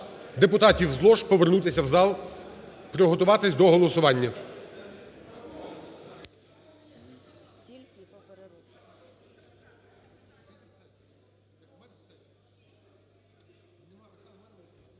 депутатів з лож повернутися в зал, приготуватися до голосування.